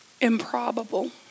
improbable